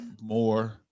more